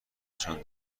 نشان